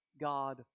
God